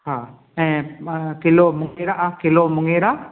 हा ऐं अ किलो मुङेरा किलो किलो मुङेरा